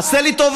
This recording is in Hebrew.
עשה לי טובה.